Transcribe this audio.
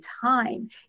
time